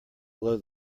blow